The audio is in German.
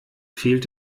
fehlt